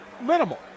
minimal